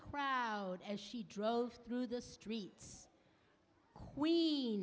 crowd and she drove through the streets we